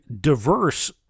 diverse